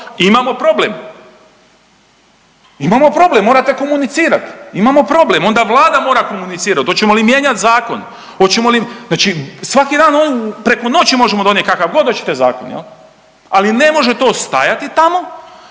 imamo problem. Imamo problem, morate komunicirati, imamo problem, onda Vlada mora komunicirati, hoćemo li mijenjati zakon, hoćemo li, znači svaki dan, preko noći možemo donijeti kakav god hoćete zakon, je li? Ali ne može to stajati tamo,